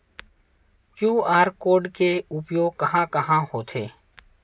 QR code के उपयोग कहां कहां होथे?